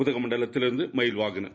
உதகமண்டலத்திலிருந்தமயில்வாகனன்